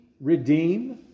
redeem